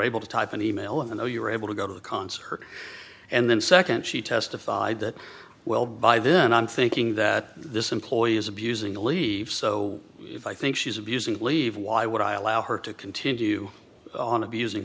able to type and e mail and though you were able to go to the concert and then second she testified that well by then i'm thinking that this employee is abusing a leave so if i think she's abusing leave why would i allow her to continue on abusing